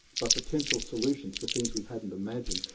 but potential solutions for things we hadn't imagined.